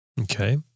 Okay